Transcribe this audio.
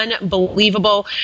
unbelievable